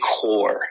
core